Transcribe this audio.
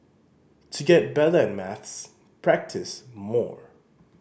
to get better at maths practise more